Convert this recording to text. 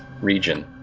region